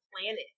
planet